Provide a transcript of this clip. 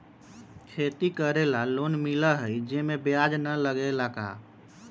खेती करे ला लोन मिलहई जे में ब्याज न लगेला का?